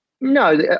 No